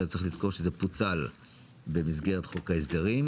צריך לזכור שזה פוצל במסגרת חוק ההסדרים,